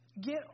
get